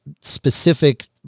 specific